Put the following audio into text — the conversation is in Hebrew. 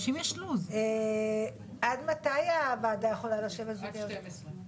לו היו חושבים לרגע אחד שזאת האחות שלהם או הבת שלהם,